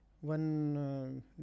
one